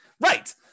Right